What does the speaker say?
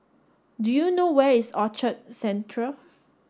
do you know where is Orchard Central